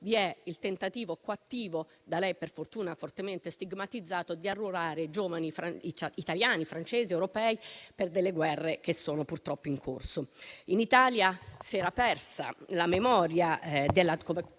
vi è il tentativo coattivo - da lei per fortuna fortemente stigmatizzato - di arruolare giovani italiani, francesi ed europei, per delle guerre che sono purtroppo in corso. In Italia si era persa la memoria - come avvenne